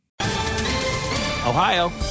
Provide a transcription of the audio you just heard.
Ohio